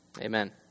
amen